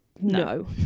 no